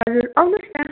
हजुर आउनुहोस् न